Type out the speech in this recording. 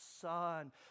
Son